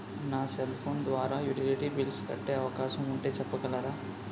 నా cell phone ద్వారా utility bills కట్టే అవకాశం ఉంటే చెప్పగలరా?